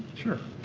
sure.